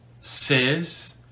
says